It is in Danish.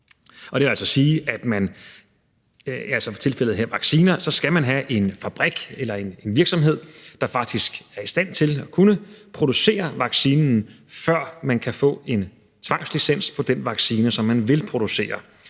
Det vil altså sige, at man, som tilfældet er her med vacciner, skal have en fabrik eller en virksomhed, der faktisk er i stand til at producere vaccinen, før man kan få en tvangslicens på den vaccine, som man vil producere.